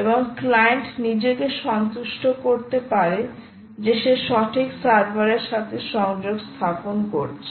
এবং ক্লায়েন্ট নিজেকে সন্তুষ্ট করতে পারে যে সে সঠিক সার্ভারের সাথে সংযোগ স্থাপন করছে